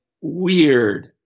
weird